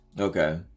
Okay